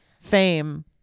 fame